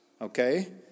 Okay